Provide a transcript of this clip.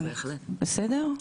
בסדר?